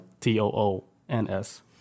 T-O-O-N-S